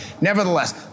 Nevertheless